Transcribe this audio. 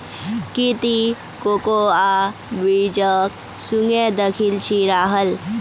की ती कोकोआ बीजक सुंघे दखिल छि राहल